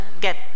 get